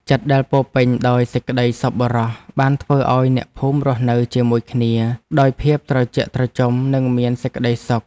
ចិត្តដែលពោរពេញដោយសេចក្ដីសប្បុរសបានធ្វើឱ្យអ្នកភូមិរស់នៅជាមួយគ្នាដោយភាពត្រជាក់ត្រជុំនិងមានសេចក្ដីសុខ។